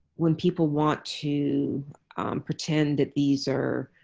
when people want to pretend that these are,